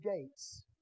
gates